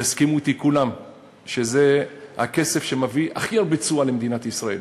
יסכימו אתי כולם שזה הכסף שמביא הכי הרבה תשואה למדינת ישראל,